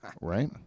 right